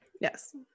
Yes